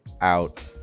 out